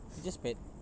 teacher's pet